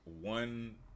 one